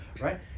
right